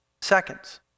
seconds